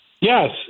Yes